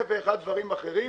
אלף ואחד דברים אחרים.